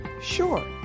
Sure